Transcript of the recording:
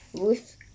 !oof!